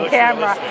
camera